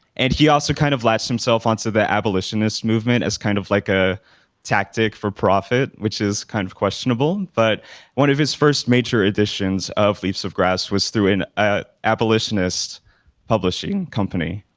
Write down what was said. and he also kind of latched himself on to the abolitionist movement as kind of like a tactic for profit, which is kind of questionable. but one of his first major additions of leaps of grass was through an ah abolitionist publishing company.